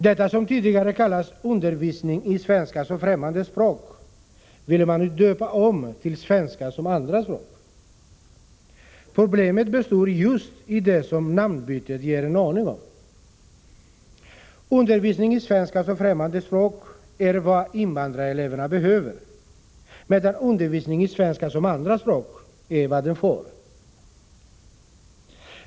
Det som tidigare kallades undervisning i svenska som främmande språk vill man nu döpa om till svenska som andra språk. Problemet består just i det som namnbytet ger en aning om. Undervisning i svenska som främmande språk är vad invandrareleverna behöver, men undervisning i svenska som andra språk är vad de får.